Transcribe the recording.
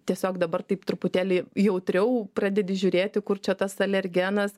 tiesiog dabar taip truputėlį jautriau pradedi žiūrėti kur čia tas alergenas